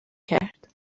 کرد